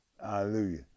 hallelujah